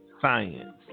science